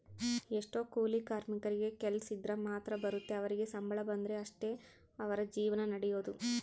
ಎಷ್ಟೊ ಕೂಲಿ ಕಾರ್ಮಿಕರಿಗೆ ಕೆಲ್ಸಿದ್ರ ಮಾತ್ರ ಬರುತ್ತೆ ಅವರಿಗೆ ಸಂಬಳ ಬಂದ್ರೆ ಅಷ್ಟೇ ಅವರ ಜೀವನ ನಡಿಯೊದು